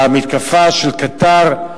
המתקפה של קטאר,